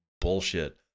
bullshit